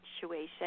situation